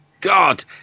God